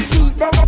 See